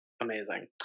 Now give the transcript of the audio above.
Amazing